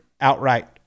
outright